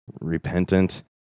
repentant